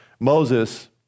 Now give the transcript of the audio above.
Moses